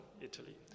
Italy